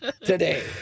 today